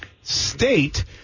state